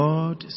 God